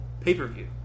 pay-per-view